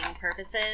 purposes